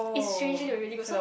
it's originally already good so